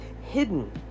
hidden